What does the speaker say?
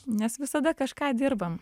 nes visada kažką dirbam